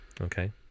okay